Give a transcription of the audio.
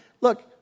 look